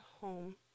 home